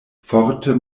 forte